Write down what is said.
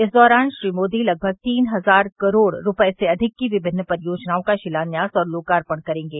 इस दौरान श्री मोदी लगभग तीन हजार करोड़ रूपये से अधिक की विभिन्न परियोजनाओं का शिलान्यास और लोकार्पण करेंगे